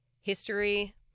history